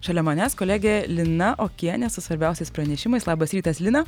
šalia manęs kolegė lina okienė su svarbiausiais pranešimais labas rytas lina